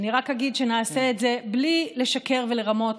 אני רק אגיד שנעשה את זה בלי לשקר ולרמות